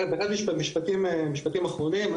משפטים אחרונים,